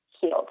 healed